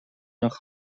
nach